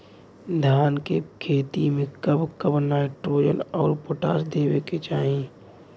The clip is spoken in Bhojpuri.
धान के खेती मे कब कब नाइट्रोजन अउर पोटाश देवे के चाही?